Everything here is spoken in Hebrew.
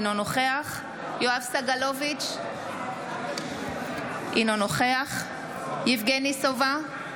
אינו נוכח יואב סגלוביץ' אינו נוכח יבגני סובה,